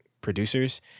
producers